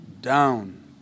down